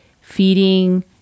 feeding